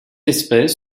espèce